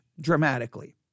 dramatically